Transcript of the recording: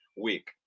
week